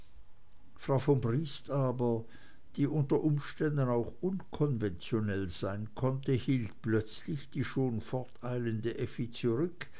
frau von briest aber die unter umständen auch unkonventionell sein konnte hielt plötzlich die schon forteilende effi zurück